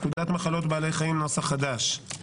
פקודת מחלות בעלי חיים - נוסח חדש,